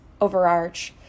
overarch